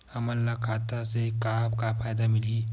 हमन ला खाता से का का फ़ायदा मिलही?